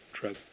drug